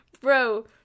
bro